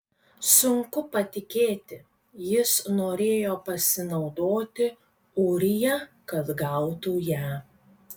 sunku patikėti jis norėjo pasinaudoti ūrija kad gautų ją